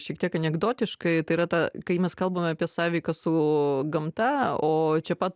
šiek tiek anekdotiškai tai yra ta kai mes kalbame apie sąveiką su gamta o čia pat